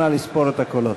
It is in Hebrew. נא לספור את הקולות.